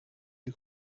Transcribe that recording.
die